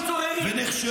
ונכשלו.